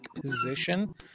position